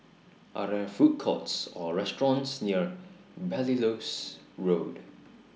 Are There Food Courts Or restaurants near Belilios Road